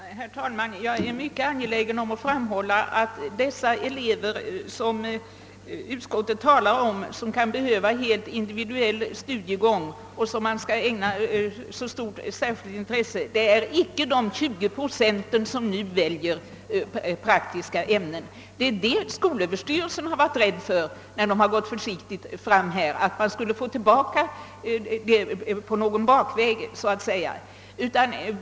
Herr talman! Jag är mycket angelägen att framhålla att de elever som utskottet talar om, vilka kan behöva helt individuell studiegång och bör ägnas särskilt intresse, icke är de 20 procent som nu väljer praktiska ämnen. Skolöverstyrelsen har gått försiktigt fram just därför att den har varit rädd för att detta förhållande skulle återkomma på någon bakväg.